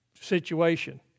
situation